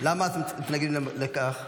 למה את מתנגדת לכך?